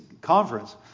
conference